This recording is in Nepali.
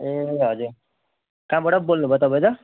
ए हजुर कहाँबाट बोल्नु भयो तपाईँ त